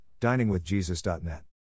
diningwithjesus.net